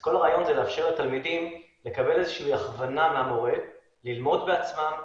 כל הרעיון הוא לאפשר לתלמידים לקבל הכוונה מהמורה ללמוד בעצמם,